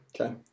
Okay